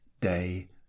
day